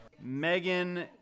Megan